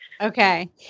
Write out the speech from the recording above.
Okay